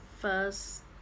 first